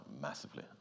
massively